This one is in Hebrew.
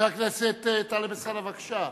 חבר הכנסת טלב אלסאנע, בבקשה.